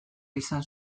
izan